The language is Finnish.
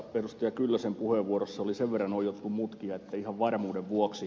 kyllösen puheenvuorossa oli sen verran oiottu mutkia että ihan varmuuden vuoksi